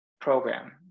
program